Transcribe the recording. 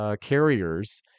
carriers